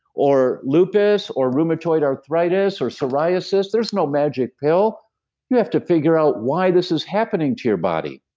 or lupus, or rheumatoid arthritis, or psoriasis, there's no magic pill you have to figure out why this is happening to your body.